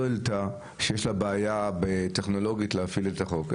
העלתה: שיש לה בעיה טכנולוגית להפעיל את החוק.